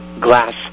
glass